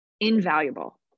invaluable